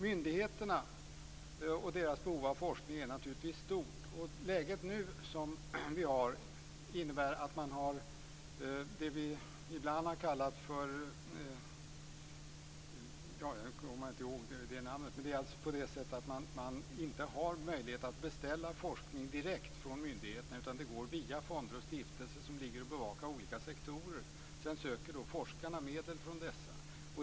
Myndigheternas behov av forskning är naturligtvis stort. Läget som vi har nu innebär att man inte har möjlighet att beställa forskning direkt från myndigheterna, utan det går via fonder och stiftelser som ligger och bevakar olika sektorer. Sedan söker forskarna medel från dessa.